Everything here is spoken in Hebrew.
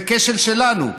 זה כשל שלנו.